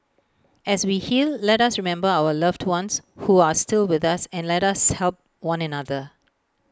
as we heal let us remember our loved ones who are still with us and let us help one another